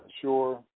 sure